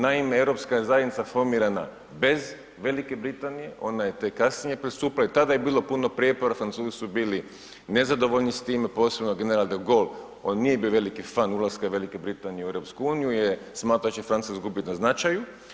Naime, europska je zajednica formirana bez Velike Britanije, ona je tek kasnije pristupila i tada je bilo puno prijepora, Francuz su bili nezadovoljni s tim, posebno general De Gaulle, on nije bio veliki fan ulaska Velike Britanije u EU jer je smatrao da će Francuska izgubit na značaju.